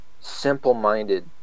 simple-minded